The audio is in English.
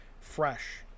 fresh